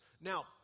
Now